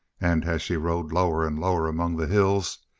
and as she rode lower and lower among the hills,